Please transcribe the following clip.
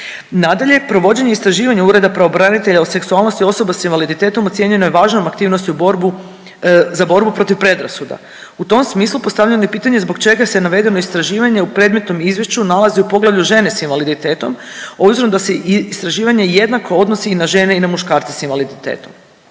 Nadalje, provođenje istraživanja ureda pravobranitelja o seksualnosti osoba s invaliditetom ocijenjeno je važnom aktivnosti u borbu, za borbu protiv predrasuda. U tom smislu postavljeno je i pitanje zbog čega se navedeno istraživanje u predmetnom izvješću nalazi u poglavlju Žene s invaliditetom obzirom da se istraživanje jednako odnosi i na žene i na muškarce s invaliditetom.